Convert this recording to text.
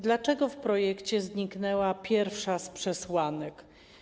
Dlaczego w projekcie zniknęła pierwsza z przesłanek?